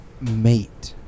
mate